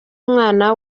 umwana